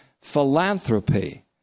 philanthropy